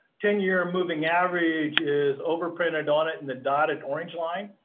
ten year moving average is over-printed audit and the dotted orange line,